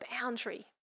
boundary